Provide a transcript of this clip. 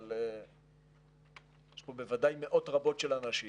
אבל יש פה בוודאי מאות רבות של אנשים